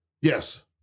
Yes